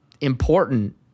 important